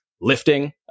lifting